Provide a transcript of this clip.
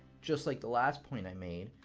just like the last point i made,